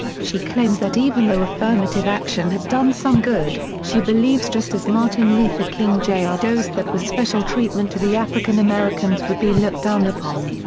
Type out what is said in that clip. she claims that even though affirmative action has done some good, she believes just as martin luther king jr. ah does that with special treatment to the african americans would be looked down upon.